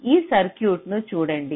ఈ సర్క్యూట్ను చూడండి